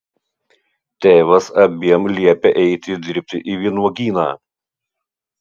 tėvas abiem liepia eiti dirbti į vynuogyną